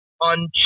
On